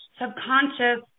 subconscious